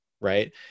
right